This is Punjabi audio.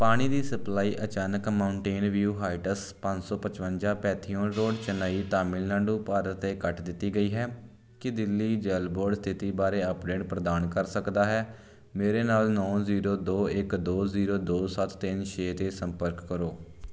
ਪਾਣੀ ਦੀ ਸਪਲਾਈ ਅਚਾਨਕ ਮਾਊਂਟੇਨ ਵਿਊ ਹਾਈਟਸ ਪੰਜ ਸੌ ਪਚਵੰਜਾ ਪੈਂਥੀਓਨ ਰੋਡ ਚੇਨਈ ਤਾਮਿਲਨਾਡੂ ਭਾਰਤ 'ਤੇ ਕੱਟ ਦਿੱਤੀ ਗਈ ਹੈ ਕੀ ਦਿੱਲੀ ਜਲ ਬੋਰਡ ਸਥਿਤੀ ਬਾਰੇ ਅੱਪਡੇਟ ਪ੍ਰਦਾਨ ਕਰ ਸਕਦਾ ਹੈ ਮੇਰੇ ਨਾਲ ਨੌਂ ਜ਼ੀਰੋ ਦੋ ਇੱਕ ਦੋ ਜ਼ੀਰੋ ਦੋ ਸੱਤ ਤਿੰਨ ਛੇ 'ਤੇ ਸੰਪਰਕ ਕਰੋ